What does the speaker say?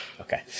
Okay